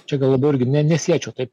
čia gal labiau irgi ne nesiečiau taip